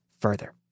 further